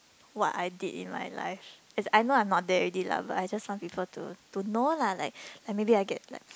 what I did in my life as in I know I'm not there already lah but I just want people to to know lah like like maybe I get like